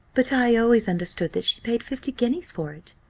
but i always understood that she paid fifty guineas for it,